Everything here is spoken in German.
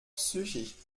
psychisch